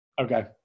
Okay